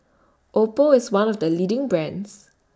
Oppo IS one of The leading brands